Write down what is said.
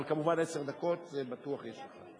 אבל כמובן עשר דקות זה בטוח יש לך,